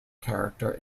character